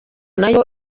nayo